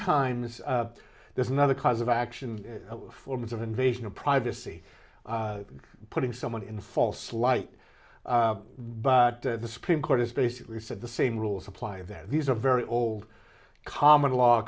times there's another cause of action forms of invasion of privacy putting someone in a false light but the supreme court has basically said the same rules apply that these are very old common law